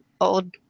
old